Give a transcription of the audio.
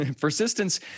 persistence